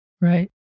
Right